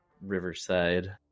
Riverside